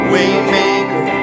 Waymaker